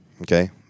okay